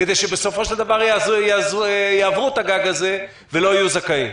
כדי שבסופו של דבר יעברו את הגג הזה ולא יהיו זכאים.